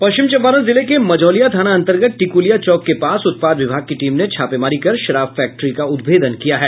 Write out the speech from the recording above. पश्चिम चंपारण जिले के मझौलिया थाना अंतर्गत टिकुलिया चौक के पास उत्पाद विभाग की टीम ने छापेमारी कर शराब फैक्ट्री का उद्भेदन किया है